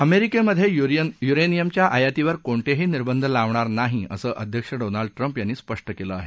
अमेरिकेमधे युरेनिअमच्या आयातीवर कोणतेही निर्बंध लावणार नाही असं अध्यक्ष डोनाल्ड ट्रम्प यांनी स्पष्ट केलं आहे